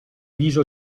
viso